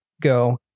go